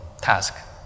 task